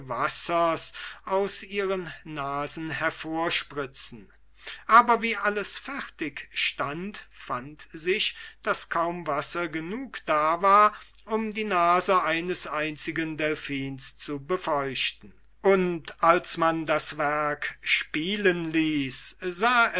wassers aus ihren nasen hervorspritzen aber wie alles fertig stund fand sich daß kaum wasser genug da war um die nase eines einzigen delphins zu befeuchten und als man das werk spielen ließ sah